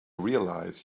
realize